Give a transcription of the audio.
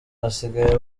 basigaye